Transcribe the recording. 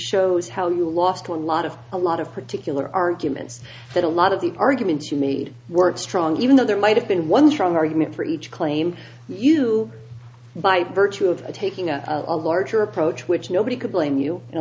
shows how you lost one lot of a lot of particular arguments that a lot of the arguments you need weren't strong even though there might have been one strong argument for each claim you by virtue of taking on a larger approach which nobody could blame you in a